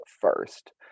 first